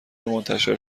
منتشر